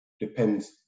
depends